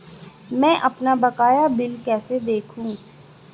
मैं अपना बकाया बिल कैसे देखूं?